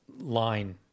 line